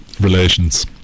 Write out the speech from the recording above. relations